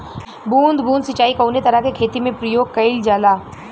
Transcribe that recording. बूंद बूंद सिंचाई कवने तरह के खेती में प्रयोग कइलजाला?